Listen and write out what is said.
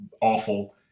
awful